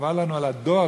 חבל לנו על הדואר,